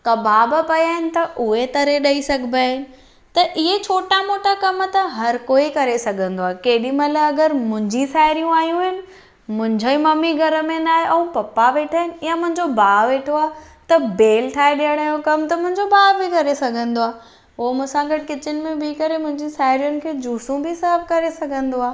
कबाब पिया आहिनि त उहे तरे ॾेई सघबा आहिनि त इहे छोटा मोटा कम त हर कोई करे सघंदो आहे केॾीमहिल अगरि मुंहिंजी साहेड़ियूं आहियूं आहिनि मुंहिंजा ई मम्मी घर में न आहे पप्पा वेठा आहिनि या मुंहिंजो भाउ वेठो आहे त भेल ठाहे ॾेअण जो कम त मुंहिंजो भाउ बि करे सघंदो आहे उहो मूंसां गॾु किचन में बीह करे मुंहिंजी साहेड़ियुनि खे जूसूं बि सर्व करे सघंदो आहे